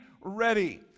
Ready